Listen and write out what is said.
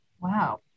Wow